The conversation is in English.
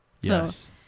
Yes